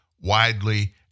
widely